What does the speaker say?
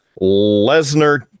Lesnar